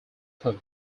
code